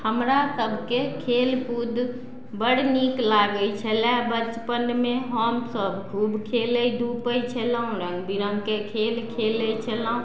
हमरा सबके खेलकूद बड नीक लागय छलै बचपनमे हमसब खूब खेलय धूपय छलहुँ रङ्ग बिरङ्गके खेल खेलय छलहुँ